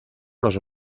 los